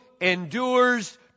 endures